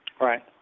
Right